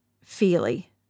Feely